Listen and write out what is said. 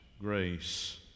grace